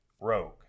Rogue